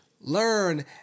learn